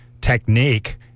technique